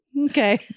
okay